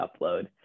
upload